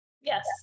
Yes